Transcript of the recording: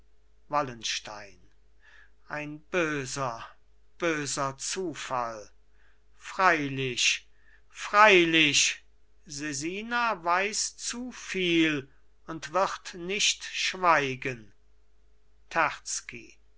wallenstein ein böser böser zufall freilich freilich sesina weiß zu viel und wird nicht schweigen